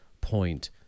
point